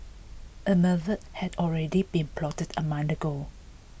a murder had already been plotted a month ago